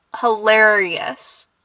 Hilarious